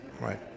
right